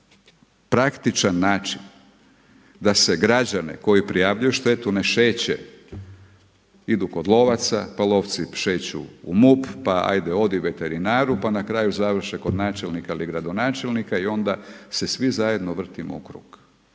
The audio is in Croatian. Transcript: praktičan način, da se građane koji prijavljuju štetu ne šeće. Idu kod lovaca, pa lovci šeću u MUP, pa hajde odi veterinaru, pa na kraju završe kod načelnika ili gradonačelnika i onda se svi zajedno vrtimo u krug.